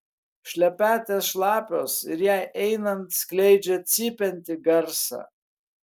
šlepetės šlapios ir jai einant skleidžia cypiantį garsą